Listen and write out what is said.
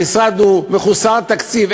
המשרד מחוסר תקציב.